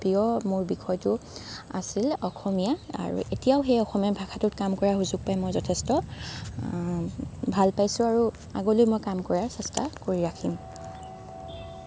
প্ৰিয় মোৰ বিষয়টো আছিল অসমীয়া আৰু এতিয়াও সেই অসমীয়া ভাষাটোত কাম কৰাৰ সুযোগ পাই মই যথেষ্ট ভাল পাইছোঁ আৰু আগলৈ মই কাম কৰাৰ চেষ্টা কৰি ৰাখিম